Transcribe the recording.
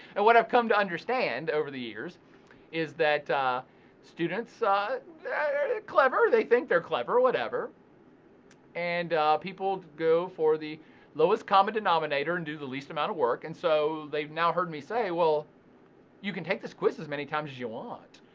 and what i've come to understand over the years is that students ah are clever they think they're clever whatever and people go for the lowest common denominator, and do the least amount of work and so they've now hear me say, well you can take this quiz as many times as you want.